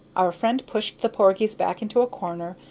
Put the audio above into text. our friend pushed the porgies back into a corner,